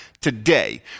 today